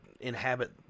inhabit